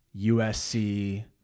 USC